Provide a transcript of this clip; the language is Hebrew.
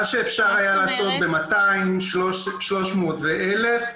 מה שאפשר היה לעשות ב-200, 300 ו-1,000,